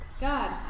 God